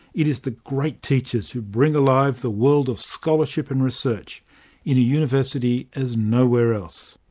it is the great teachers who bring alive the world of scholarship and research, in a university as nowhere else.